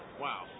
Wow